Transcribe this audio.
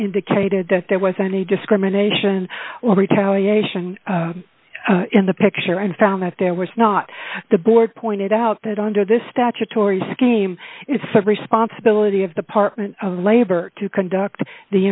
indicated that there was any discrimination or retaliation in the picture and found that there was not the board pointed out that under this statutory scheme it's a responsibility of the partment of labor to conduct the